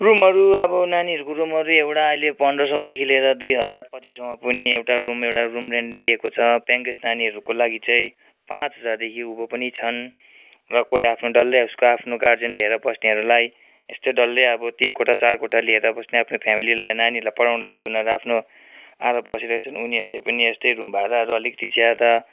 रुमहरू अब नानीहरूको रुमहरू एउटा अहिले पन्ध्र सयदेखि लिएर दुई हजार पच्चिस सयसम्म पनि एउटा रुम एउटा रुम रेन्ट लिएको छ पेयिङ गेस्ट नानीहरूको लागि चाहिँ पाँच हजारदेखि उँभो पनि छन् र कोही आफ्नो डल्लै उसको गार्जेन लिएर बस्नेहरूलाई यस्तै डल्लै अब तिन कोठा चार कोठा लिएर बस्ने आफ्नो फेमिली नानीहरूलाई पढाउने उनारू आफ्नो आएर बसिरहेछन् उनीहरूले पनि यस्तै रुम भाडाहरू अलिकति ज्यादा